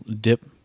dip